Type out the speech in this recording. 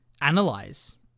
analyze